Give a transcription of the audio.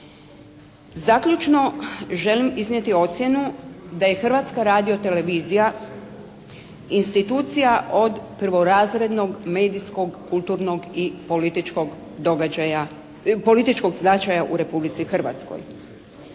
Zaključno, želim iznijeti ocjenu da je Hrvatska radiotelevizija institucija od prvorazrednog medijskog, kulturnog i političkog značaja u Republici Hrvatskoj